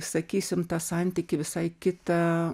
sakysim tą santykį visai kitą